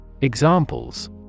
Examples